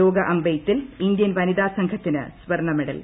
ലോക അമ്പെയ്ത്തിൽ ഇന്ത്യൻ വനിതാ സംഘത്തിന് സ്വർണ്ണ മെഡൽ